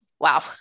wow